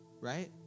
right